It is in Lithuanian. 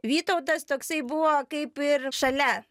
vytautas toksai buvo kaip ir šalia